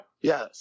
Yes